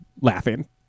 laughing